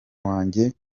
wanjye